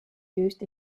used